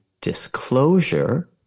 disclosure